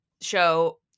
show